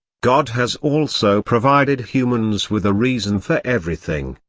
god has also provided humans with a reason for everything.